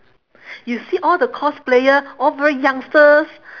you see all the cosplayer all very youngsters